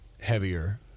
heavier